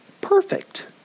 perfect